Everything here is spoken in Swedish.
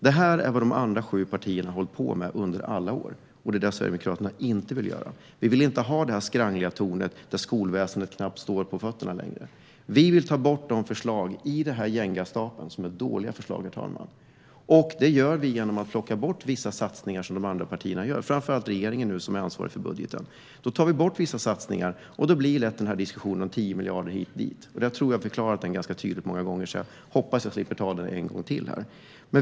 Det är vad de övriga sju partierna har hållit på med under alla år, och det är det Sverigedemokraterna inte vill göra. Vi vill inte ha det här skrangliga tornet där skolväsendet knappt står på fötterna längre. Vi vill ta bort de förslag i den här Jengastapeln som är dåliga förslag, och det gör vi genom att plocka bort vissa satsningar som de andra partierna gör, framför allt regeringen som är ansvarig för budgeten. Vi tar bort vissa satsningar, och då blir det lätt den här diskussionen om 10 miljarder hit eller dit. Men jag tror att jag har förklarat det ganska tydligt många gånger, så jag hoppas att jag slipper ta det en gång till.